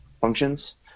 functions